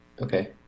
Okay